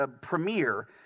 premiere